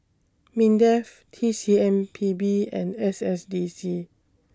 Mindef T C M P B and S S D C